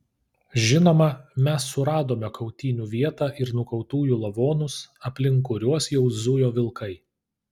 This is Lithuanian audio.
žinoma mes suradome kautynių vietą ir nukautųjų lavonus aplink kuriuos jau zujo vilkai